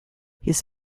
his